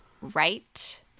Right